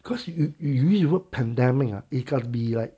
cause you you you you the word pandemic ah it can be like